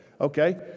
Okay